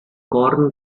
corner